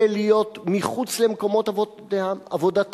ולהיות מחוץ למקומות עבודתם,